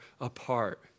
apart